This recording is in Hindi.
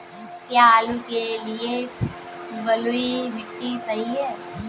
क्या आलू के लिए बलुई मिट्टी सही है?